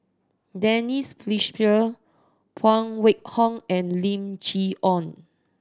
Denise Fletcher Phan Wait Hong and Lim Chee Onn